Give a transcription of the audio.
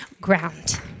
ground